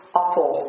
awful